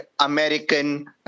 American